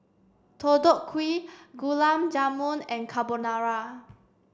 Deodeok Gui Gulab Jamun and Carbonara